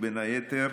ובין היתר,